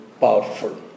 powerful